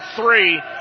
three